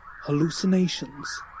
hallucinations